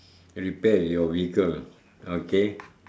repair your vehicle ah okay